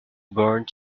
burnt